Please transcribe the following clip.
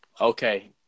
Okay